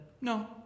no